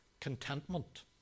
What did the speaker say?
contentment